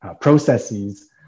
processes